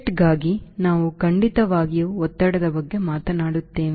ಜೆಟ್ಗಾಗಿ ನಾವು ಖಂಡಿತವಾಗಿಯೂ ಒತ್ತಡದ ಬಗ್ಗೆ ಮಾತನಾಡುತ್ತೇವೆ